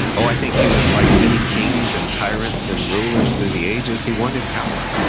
i think he was like many kings and tyrants and rulers through the ages, he wanted power.